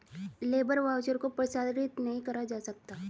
labour voucher को प्रसारित नहीं करा जा सकता